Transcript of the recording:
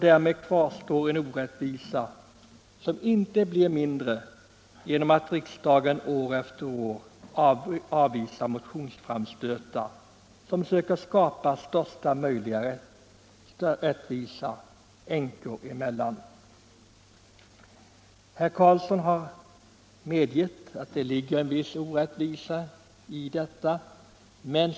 Därmed kvarstår en orättvisa som inte blir mindre genom att riksdagen år efter år avvisar de motionsframstötar som har till syfte att skapa största möjliga rättvisa änkor emellan. Herr Karlsson i Ronneby medeger att det finns en viss orättvisa i systemet.